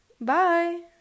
Bye